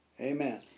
Amen